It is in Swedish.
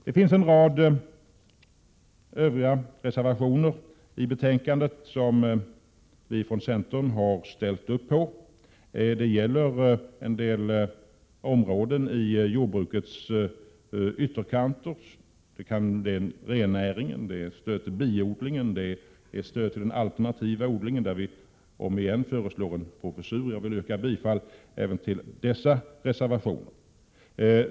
Det finns i betänkandet en rad övriga reservationer som vi från centern har ställt upp för. Det gäller en del områden på jordbrukets ytterkanter, såsom rennäringen, stöd till biodling och stöd till alternativodlingen, där vi återigen föreslår inrättandet av en professur. Jag vill även yrka bifall till dessa reservationer.